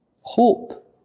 hope